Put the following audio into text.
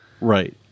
Right